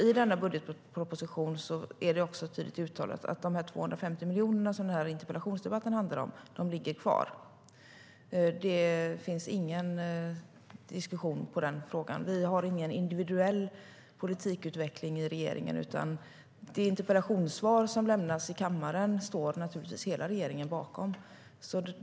I denna budgetproposition är det tydligt uttalat att de 250 miljoner som interpellationsdebatten handlar om ligger kvar. Det finns ingen diskussion i den frågan. Vi har ingen individuell politikutveckling i regeringen. De interpellationssvar som lämnas i kammaren står naturligtvis hela regeringen bakom.